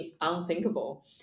unthinkable